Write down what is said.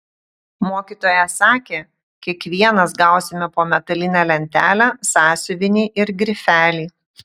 mokytoja sakė kiekvienas gausime po metalinę lentelę sąsiuvinį ir grifelį